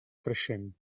creixent